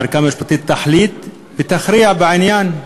שהערכאה המשפטית תחליט ותכריע בעניין,